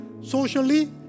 socially